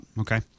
Okay